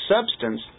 substance